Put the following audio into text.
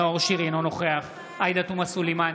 אינו נוכח עאידה תומא סלימאן,